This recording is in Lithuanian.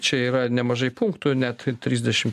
čia yra nemažai punktų net trisdešim